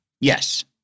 Yes